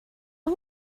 are